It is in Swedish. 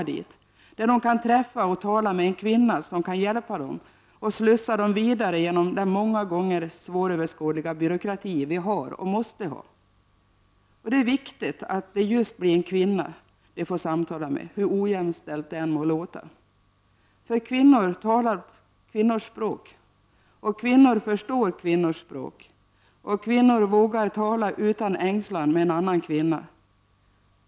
Där de kan träffa och tala med en kvinna som kan hjälpa dem och slussa dem vidare genom den många gånger svåröverskådliga byråkrati vi har och måste ha. Det är viktigt att det just blir en kvinna de får samtala med, hur ojämställt det än må låta. Kvinnor talar kvinnors språk. Kvinnor förstår kvinnors språk. Kvinnor vågar tala utan ängslan med en annan kvinna.